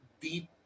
deep